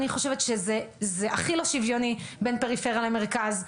אני חושבת שזה הכי לא שוויוני בין פריפריה למרכז.